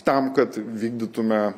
tam kad vykdytume